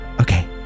Okay